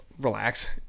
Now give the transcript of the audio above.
Relax